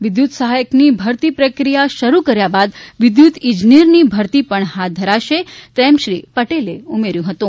વિદ્યુત સહાયક ની ભરતી પ્રક્રિયા શરૂ કર્યા બાદ વિદ્યુત ઈજ્નેર ની ભરતી પણ હાથ ધરાશે તેમ શ્રી પટેલે ઉમેર્યું હતું